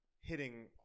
hitting